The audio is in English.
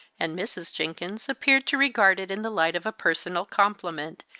and mrs. jenkins appeared to regard it in the light of a personal compliment,